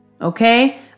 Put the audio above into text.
okay